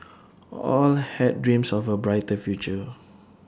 all had dreams of A brighter future